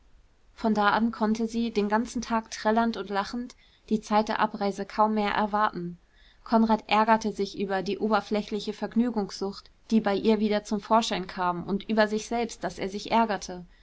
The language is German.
von da an konnte sie den ganzen tag trällernd und lachend die zeit der abreise kaum mehr erwarten konrad ärgerte sich über die oberflächliche vergnügungssucht die bei ihr wieder zum vorschein kam und über sich selbst daß er sich ärgerte